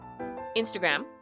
instagram